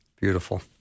Beautiful